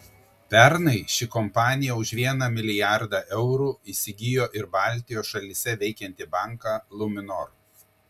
pernai ši kompanija už vieną milijardą eurų įsigijo ir baltijos šalyse veikiantį banką luminor